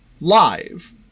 live